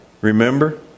Remember